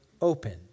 opened